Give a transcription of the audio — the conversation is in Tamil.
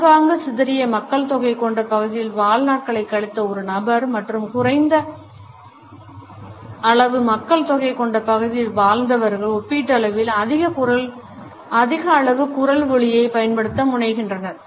ஆங்காங்கு சிதறிய மக்கள்தொகை கொண்ட பகுதியில் வாழ்நாட்களை கழித்த ஒரு நபர் மற்றும் குறைந்த அளவு மக்கள்தொகை கொண்ட பகுதியில் வாழ்ந்தவர் ஒப்பீட்டளவில் அதிக அளவு குரல் ஒலியை பயன்படுத்த முனைகின்றனர்